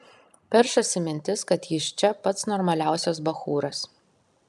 peršasi mintis kad jis čia pats normaliausias bachūras